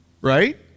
Right